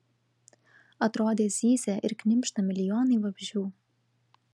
atrodė zyzia ir knibžda milijonai vabzdžių